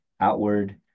outward